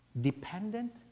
dependent